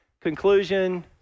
conclusion